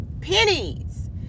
pennies